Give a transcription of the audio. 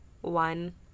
one